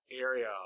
area